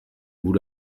vous